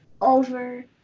over